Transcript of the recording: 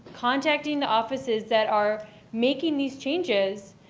contact in the offices that are making these changes,